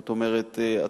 זאת אומרת,